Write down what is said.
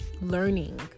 learning